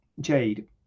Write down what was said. Jade